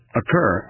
occur